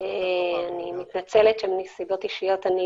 אני מתנצלת שמסיבות אישיות אני